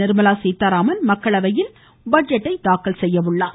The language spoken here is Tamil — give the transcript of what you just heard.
நிர்மலா சீத்தாராமன் மக்களவையில் பட்ஜெட்டை தாக்கல் செய்ய உள்ளார்